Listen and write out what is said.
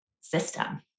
system